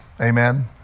Amen